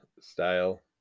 style